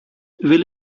will